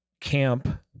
camp